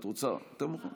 את רוצה יותר מאוחר?